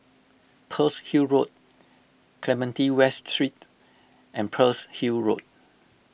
Pearl's Hill Road Clementi West Street and Pearl's Hill Road